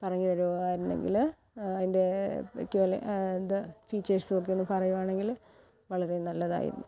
പറഞ്ഞു തരുമായിരുന്നുവെങ്കില് അതിൻ്റെ മിക്ക ഫീച്ചേഴ്സും ഒക്കെയൊന്ന് പറയുവാണെങ്കില് വളരെ നല്ലതായിരുന്നു